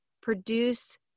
produce